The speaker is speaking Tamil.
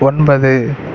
ஒன்பது